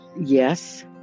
yes